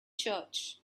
church